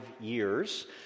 years